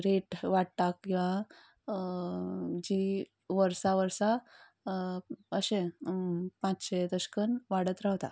rate वाडटा किंवां जी वर्सा वर्सा अशें पांचशें तशें कन् वाडत रावता